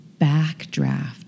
backdraft